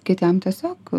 kitiem tiesiog